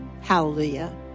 Hallelujah